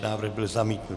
Návrh byl zamítnut.